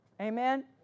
Amen